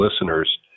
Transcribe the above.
listeners